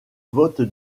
vote